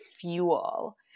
fuel